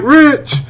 rich